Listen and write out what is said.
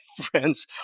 friends